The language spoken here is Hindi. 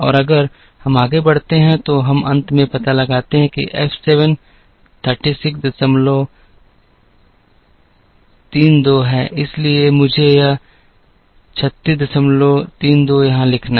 और अगर हम आगे बढ़ते हैं तो हम अंत में पता लगाते हैं कि F 7 3632 है इसलिए मुझे यह 3632 यहाँ लिखना है